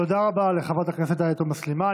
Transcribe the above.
תודה רבה לחברת הכנסת עאידה תומא סלימאן.